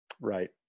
Right